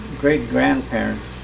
great-grandparents